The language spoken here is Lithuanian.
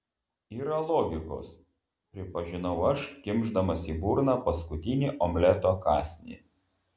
yra logikos pripažinau aš kimšdamas į burną paskutinį omleto kąsnį